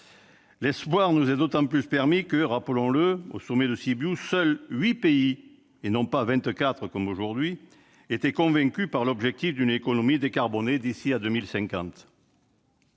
L'espoir nous est d'autant plus permis que, rappelons-le, au sommet de Sibiu, seuls huit pays, et non vingt-quatre comme aujourd'hui, étaient convaincus par l'objectif d'une économie décarbonée d'ici à 2050.